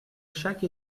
chaque